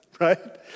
right